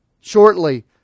shortly